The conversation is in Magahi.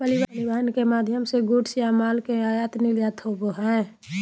परिवहन के माध्यम से गुड्स या माल के आयात निर्यात होबो हय